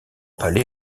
palais